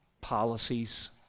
Policies